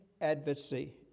advocacy